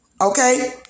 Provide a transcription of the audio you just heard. Okay